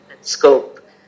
scope